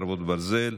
חרבות ברזל),